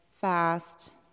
fast